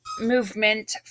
movement